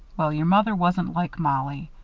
well, your mother wasn't like mollie.